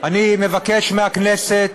אני מבקש מהכנסת